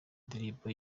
n’indirimbo